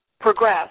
progress